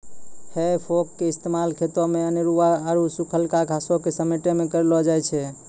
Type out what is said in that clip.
हेइ फोक के इस्तेमाल खेतो मे अनेरुआ आरु सुखलका घासो के समेटै मे करलो जाय छै